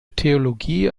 theologie